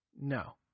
No